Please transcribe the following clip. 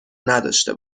نداشته